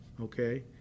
okay